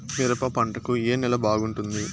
మిరప పంట కు ఏ నేల బాగుంటుంది?